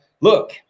look